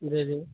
जी जी